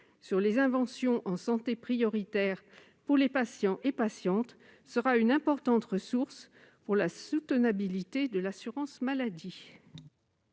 brevets d'invention en santé prioritaire pour les patientes et les patients sera une importante ressource pour la soutenabilité du régime de l'assurance maladie.